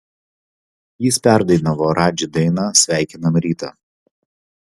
jis perdainavo radži dainą sveikinam rytą